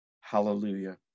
hallelujah